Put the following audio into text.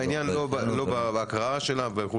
לא בהקראה שלו.